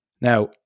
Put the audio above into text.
Now